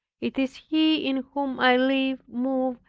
it is he in whom i live, move,